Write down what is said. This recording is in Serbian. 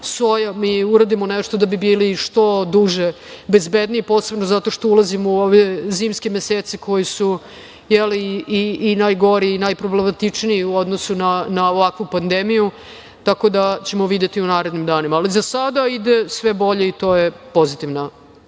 mi uradimo nešto da bi bili što duže bezbedniji, posebno zato što ulazimo u ove zimske mesece koji su i najgori i najproblematičniji u odnosu na ovakvu pandemiju. Tako da, videćemo u narednim danima, ali za sada ide sve bolje i to je pozitivna